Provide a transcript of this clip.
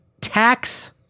tax